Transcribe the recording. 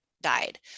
died